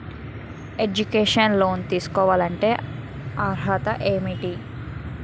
Educational loan తీసుకోవాలంటే అర్హత ఏంటి?